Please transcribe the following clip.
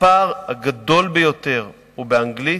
הפער הגדול ביותר הוא באנגלית,